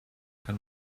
kann